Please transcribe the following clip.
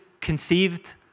conceived